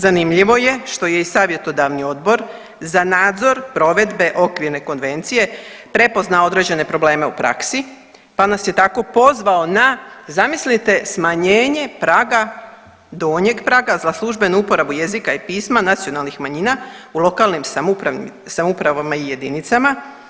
Zanimljivo je što je i savjetodavni odbor za nadzor provedbe okvirne konvencije prepoznao određene probleme u praksi pa nas je tako pozvao na zamislite, zamislite smanjenje praga, donjeg praga za službenu uporabu jezika i pisma nacionalnih manjina u lokalnim samoupravnim, samoupravama i jedinicama.